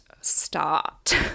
start